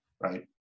right